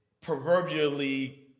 proverbially